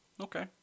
Okay